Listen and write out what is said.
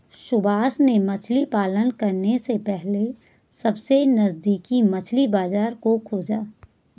सुभाष ने मछली पालन करने से पहले सबसे नजदीकी मछली बाजार को खोजा